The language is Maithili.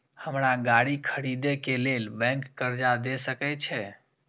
हमरा गाड़ी खरदे के लेल बैंक कर्जा देय सके छे?